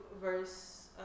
verse